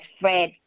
Fred